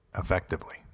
effectively